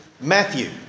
Matthew